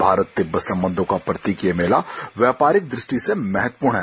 Bharat Tibet संबंधों का प्रतीक ये मेला व्यापारिक दृष्टि से महत्वपूर्ण है